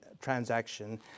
transaction